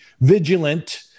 vigilant